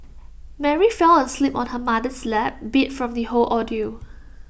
Mary fell asleep on her mother's lap beat from the whole ordeal